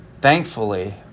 thankfully